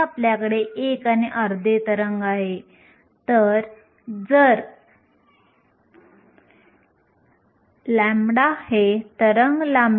आपण नंतर पाहू की अशुद्धी किंवा दोष नसावेत हे महत्वाचे का आहे